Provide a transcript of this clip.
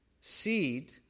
Seed